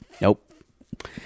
nope